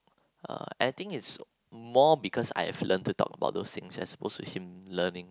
uh I think is more because I have learnt to talk about those things as opposed to him learning